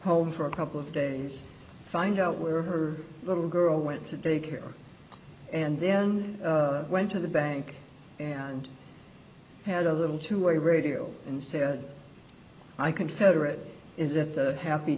home for a couple of days find out where her little girl went to daycare and then went to the bank and had a little two way radio and said i confederate is at the happy